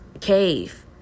cave